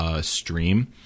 stream